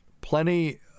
plenty